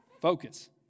Focus